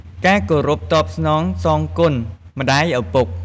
ការគោរពតបស្នងសងគុណម្តាយឪពុក។